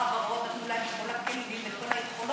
שהחברות כבר נתנו להם את כל הכלים ואת כל היכולות,